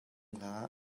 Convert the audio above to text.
hlah